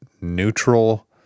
neutral